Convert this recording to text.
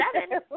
seven